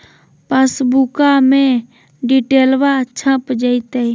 पासबुका में डिटेल्बा छप जयते?